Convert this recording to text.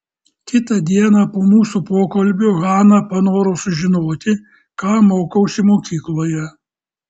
kitą dieną po mūsų pokalbio hana panoro sužinoti ką mokausi mokykloje